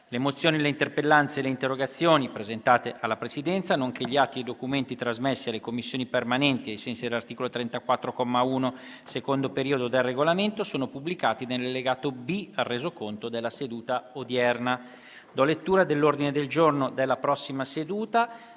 Le mozioni, le interpellanze e le interrogazioni pervenute alla Presidenza, nonché gli atti e i documenti trasmessi alle Commissioni permanenti ai sensi dell'articolo 34, comma 1, secondo periodo, del Regolamento sono pubblicati nell'allegato B al Resoconto della seduta odierna. **Ordine del giorno per la seduta